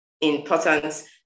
important